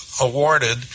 awarded